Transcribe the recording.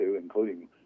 including